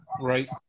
Right